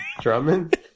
Drummond